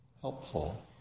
helpful